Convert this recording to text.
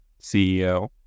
CEO